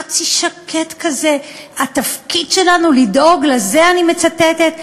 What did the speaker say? חצי שקט כזה: "התפקיד שלנו לדאוג לזה" אני מצטטת,